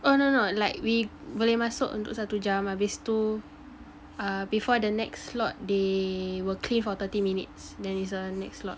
oh no no like we boleh masuk untuk satu jam habis tu before the next slot they will clean for thirty minutes then there is a next slot